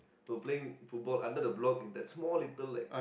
were playing football under the block in that small little like